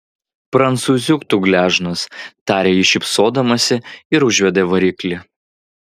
prancūziuk tu gležnas tarė ji šypsodamasi ir užvedė variklį